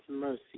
mercy